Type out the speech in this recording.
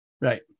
Right